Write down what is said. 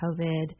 COVID